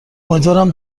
امیدوارم